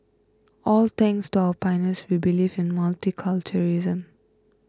all thanks to our pioneers who believed in multiculturalism